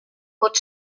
pot